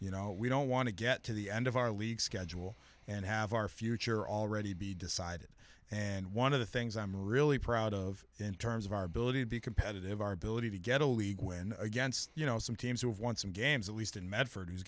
you know we don't want to get to the end of our league schedule and have our future already be decided and one of the things i'm really proud of in terms of our ability to be competitive our ability to get a league win against you know some teams who've won some games at least in medford who's